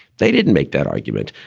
they didn't make that argument.